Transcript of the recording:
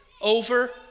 over